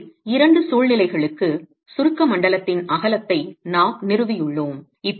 எனவே இரண்டு சூழ்நிலைகளுக்கு சுருக்க மண்டலத்தின் அகலத்தை நாம் நிறுவியுள்ளோம்